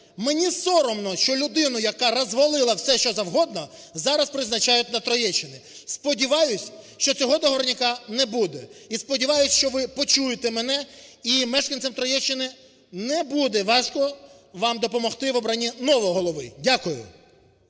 мені соромно, що людину, яка розвалила все, що завгодно, зараз призначають на Троєщину. Сподіваюся, що цього договорняка не буде і сподіваюся, що ви почуєте мне, і мешканцям Троєщини не буде важко вам допомогти в обранні нового голови. Дякую.